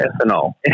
ethanol